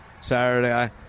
Saturday